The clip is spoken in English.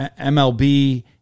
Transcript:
MLB